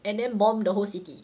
and then bomb the whole city